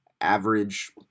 average